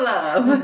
Love